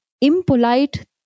impolite